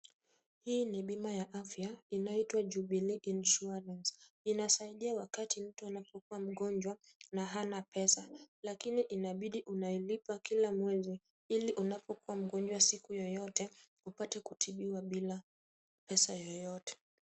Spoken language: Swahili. Hii ni bima ya afya inayoitwa Jubilee Insurance . Inasaidia wakati mtu anapokua mgonjwa wa na hana pesa, lakini inabidi unalipa kila mwezi, ili unapokuwa mgonjwa siku yoyote, upate kutibiwa bila, pesa yoyote.